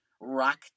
Rock